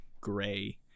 gray